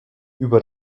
über